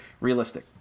realistic